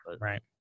Right